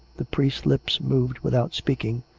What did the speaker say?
the priest's lips moved without speaking.